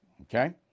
Okay